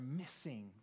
missing